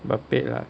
unpaid ah